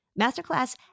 Masterclass